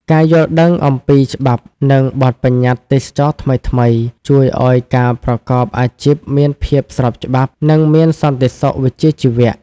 ការយល់ដឹងអំពីច្បាប់ និងបទបញ្ញត្តិទេសចរណ៍ថ្មីៗ ជួយឱ្យការប្រកបអាជីពមានភាពស្របច្បាប់ និងមានសន្តិសុខវិជ្ជាជីវៈ។